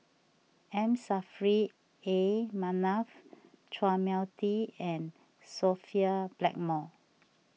M Saffri A Manaf Chua Mia Tee and Sophia Blackmore